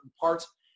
parts